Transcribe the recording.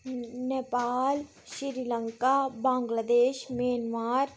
Nepal Sri Lanka Bangladesh Myanmar